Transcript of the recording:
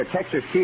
Texas